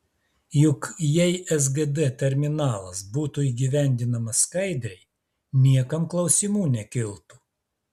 juk jei sgd terminalas būtų įgyvendinamas skaidriai niekam klausimų nekiltų